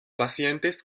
pacientes